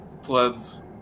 sleds